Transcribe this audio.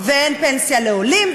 ואין פנסיה לעולים,